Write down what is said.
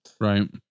Right